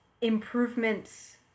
improvements